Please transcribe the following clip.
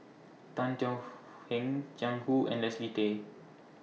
Tan Thuan Heng Jiang Hu and Leslie Gay